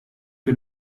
che